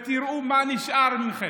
תראו מה נשאר מכם,